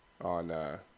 on –